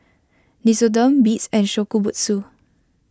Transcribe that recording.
Nixoderm Beats and Shokubutsu